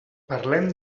parlem